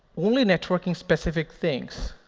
only networking-specific things,